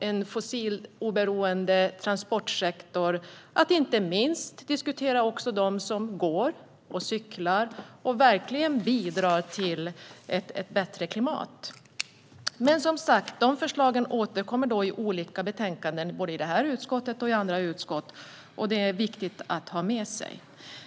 en fossiloberoende transportsektor vore det i dag lite logiskt att inte minst diskutera dem som går och cyklar och verkligen bidrar till ett bättre klimat. De förslagen återkommer dock som sagt i olika betänkanden, både i det här utskottet och i andra utskott, och det är viktigt att ha med sig.